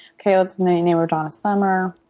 okay let's name name her donna summer.